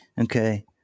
Okay